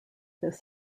this